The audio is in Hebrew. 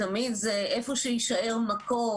תמיד זה איפה שיישאר מקום.